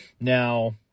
Now